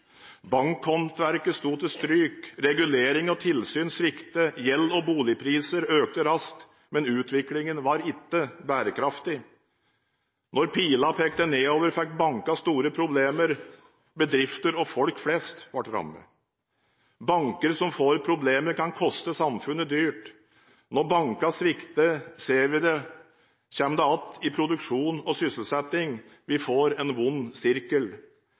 sto til stryk. Regulering og tilsyn sviktet. Gjeld og boligpriser økte raskt, men utviklingen var ikke bærekraftig. Når pilene pekte nedover, fikk bankene store problemer. Bedrifter og folk flest ble rammet. Banker som får problemer, kan koste samfunnet dyrt. Når bankene svikter, ser vi det igjen i produksjon og sysselsetting. Vi får en vond sirkel.